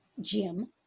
Jim